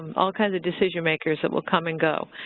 um all kinds of decision makers that will come and go,